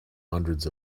hundreds